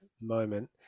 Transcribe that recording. moment